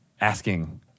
asking